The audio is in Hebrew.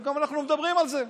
וגם אנחנו מדברים על זה,